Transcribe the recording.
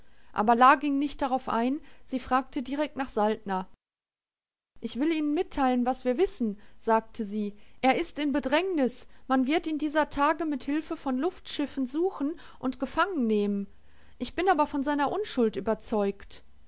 aber la ging nicht darauf ein sie fragte direkt nach saltner ich will ihnen mitteilen was wir wissen sagte sie er ist in bedrängnis man wird ihn dieser tage mit hilfe von luftschiffen suchen und gefangennehmen ich bin aber von seiner unschuld überzeugt